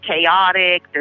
chaotic